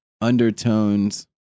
undertones